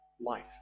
life